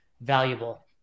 valuable